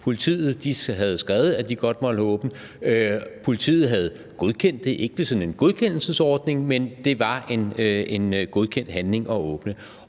Politiet havde skrevet, at de godt måtte holde åbent. Politiet havde godkendt det, ikke ved sådan en godkendelsesordning, men det var en godkendt handling at åbne.